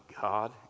God